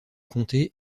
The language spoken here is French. comté